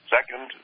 Second